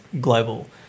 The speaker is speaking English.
global